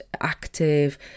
active